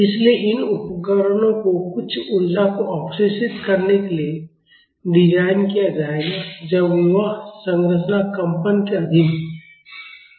इसलिए इन उपकरणों को कुछ ऊर्जा को अवशोषित करने के लिए डिज़ाइन किया जाएगा जब वह संरचना कंपन के अधीन हो